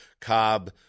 Cobb